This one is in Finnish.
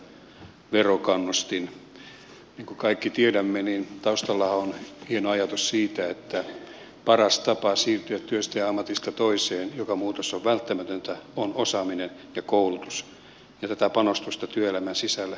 niin kuin kaikki tiedämme taustallahan on hieno ajatus siitä että paras tapa siirtyä työstä ja ammatista toiseen mikä muutos on välttämätön on osaaminen ja koulutus ja tätä panostusta työelämän sisällä pitää vahvistaa